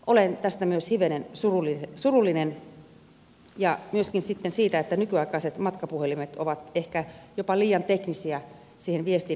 olen tästä myös hivenen surullinen ja myöskin sitten siitä että nykyaikaiset matkapuhelimet ovat ehkä jopa liian teknisiä siihen viestin näppäilyyn